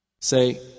Say